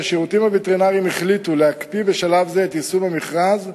השירותים הווטרינריים החליטו להקפיא בשלב זה את יישום המכרז,